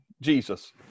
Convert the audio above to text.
Jesus